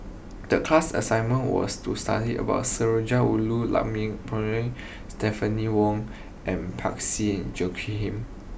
the class assignment was to study about Sundarajulu Perumal Stephanie Wong and